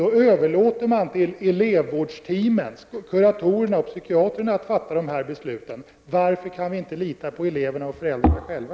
Då överlåter man till kuratorer och psykologer att fatta beslutet. Varför kan vi inte lita på eleverna och föräldrarna själva?